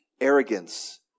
arrogance